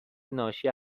ناشی